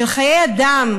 של חיי אדם,